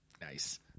nice